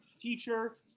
teacher